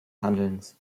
handelns